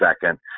second